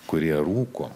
kurie rūko